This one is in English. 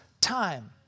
time